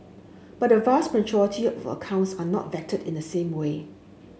but a vast majority of accounts are not vetted in the same way